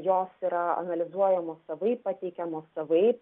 jos yra analizuojamos savaip pateikiamos savaip